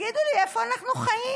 תגידו לי, איפה אנחנו חיים?